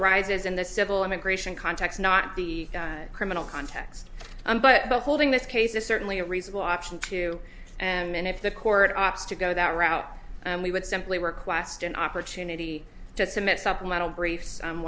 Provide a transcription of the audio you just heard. arises in the civil immigration context not the criminal context but the holding this case is certainly a reasonable option too and if the court opts to go that route we would simply request an opportunity to submit supplemental brief